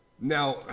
Now